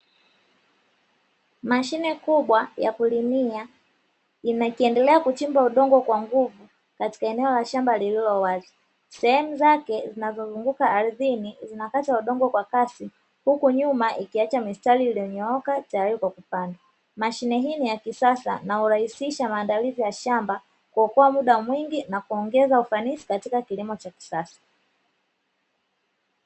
Mashine kubwa ya kulimia inakiendelea kuchimba udongo kwa nguvu katika eneo la shamba lililo wazi, sehemu zake zinazozunguka ardhini zinakata udongo kwa kasi huku nyuma ikiacha mistari iliyonyooka tayari kwa kupanda, mashine hii ni ya kisasa na urahisisha maandalizi ya shamba, kuokoa muda mwingi na kuongeza ufanisi katika kilimo cha kisasa.